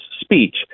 speech